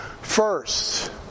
first